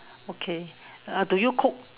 okay uh do you cook